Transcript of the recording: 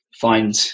find